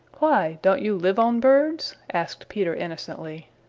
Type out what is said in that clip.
why, don't you live on birds? asked peter innocently.